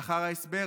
לאחר ההסבר,